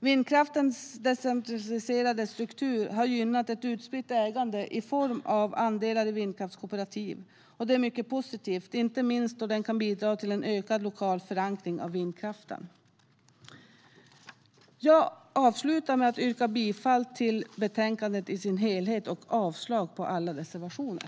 Vindkraftens decentraliserade struktur har gynnat ett utspritt ägande i form av andelar i vindkraftskooperativ. Det är mycket positivt, inte minst som det kan bidra till ökad lokal förankring av vindkraften. Jag avslutar med att yrka bifall till förslaget i betänkandet och avslag på alla reservationer.